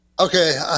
Okay